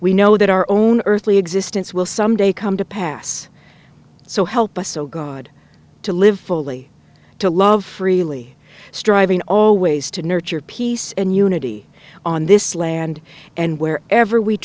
we know that our own earthly existence will someday come to pass so help us so god to live fully to love freely striving always to nurture peace and unity on this land and where ever we